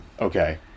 Okay